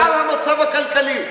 גם על המצב הכלכלי,